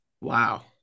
Wow